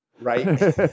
right